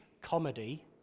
comedy